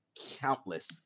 countless